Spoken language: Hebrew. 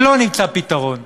ולא נמצא פתרון.